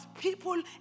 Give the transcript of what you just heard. people